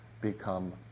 become